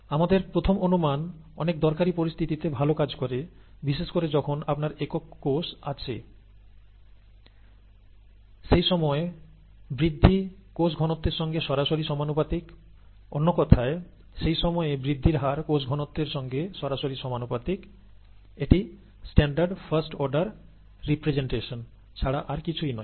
আমাদের প্রথম অনুমান অনেক দরকারি পরিস্থিতিতে ভালো কাজ করে বিশেষ করে যখন আপনার একক কোষ আছে সেই সময় বৃদ্ধি কোষ ঘনত্বের সঙ্গে সরাসরি সমানুপাতিক অন্য কথায় সেই সময়ে বৃদ্ধির হার কোষঘনত্বের সঙ্গে সরাসরি সমানুপাতিক এটি স্ট্যান্ডার্ড ফার্স্ট অর্ডার রিপ্রেজেন্টেশন ছাড়া আর কিছুই নয়